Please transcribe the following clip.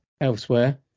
elsewhere